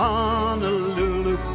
Honolulu